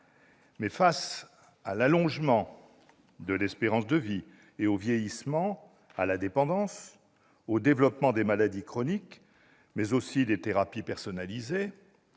Face à l'allongement de l'espérance de vie, au vieillissement, à la dépendance, au développement des maladies chroniques, mais aussi des thérapies personnalisées